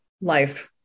life